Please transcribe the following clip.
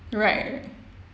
right